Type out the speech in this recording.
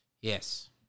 Yes